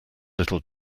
little